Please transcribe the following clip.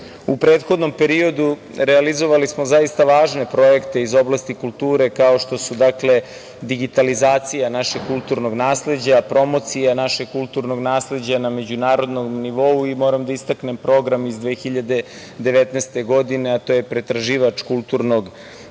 prethodnom periodu realizovali smo zaista važne projekte iz oblasti kulture, kao što je digitalizacija našeg kulturnog nasleđa, promocija, našeg kulturnog nasleđa na međunarodnom nivou i moram da istaknem program iz 2019. godine, a to je pretraživač kulturnog